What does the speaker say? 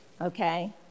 okay